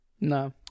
No